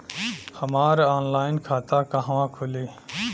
हमार ऑनलाइन खाता कहवा खुली?